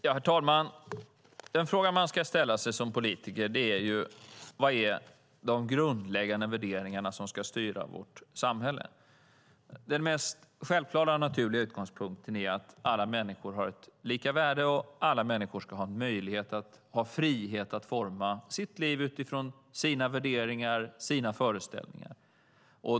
Herr talman! Den fråga man ska ställa sig som politiker är: Vilka är de grundläggande värderingar som ska styra vårt samhälle? Den mest självklara och naturliga utgångspunkten är att alla människor har ett lika värde och att alla människor ska ha möjlighet till frihet att forma sitt liv utifrån sina värderingar och sina föreställningar.